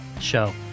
show